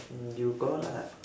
mm you go out lah